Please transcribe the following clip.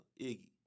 Iggy